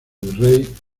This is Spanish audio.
virrey